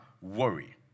worry